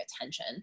attention